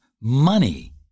money